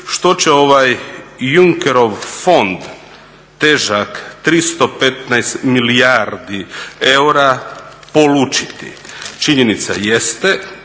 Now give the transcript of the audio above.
što će ovaj Juncekerov fond težak 315 milijardi eura polučiti. Činjenica jeste